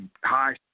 high